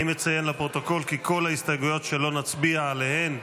אני מציין לפרוטוקול כי כל ההסתייגויות שלא נצביע עליהן,